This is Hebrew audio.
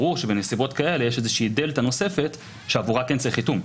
ברור שבנסיבות כאלה יש דלתא נוספת שעבורה כן צריך חיתום.